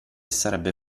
sarebbe